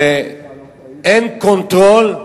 שאין קונטרול,